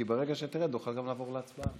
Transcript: כי ברגע שתרד נוכל גם לעבור להצבעה.